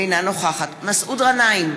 אינה נוכחת מסעוד גנאים,